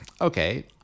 Okay